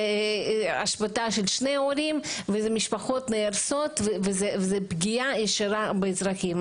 זה השבתה של שני ההורים וזה משפחות נהרסות וזה פגיעה ישירה באזרחים.